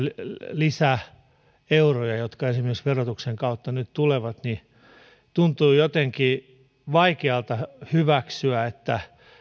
lisäeuroja jotka esimerkiksi verotuksen kautta nyt tulevat käytetään tuntuu jotenkin vaikealta hyväksyä että